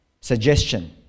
suggestion